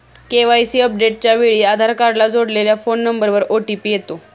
KYC अपडेटच्या वेळी आधार कार्डला जोडलेल्या फोन नंबरवर ओ.टी.पी येतो